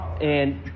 And-